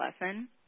lesson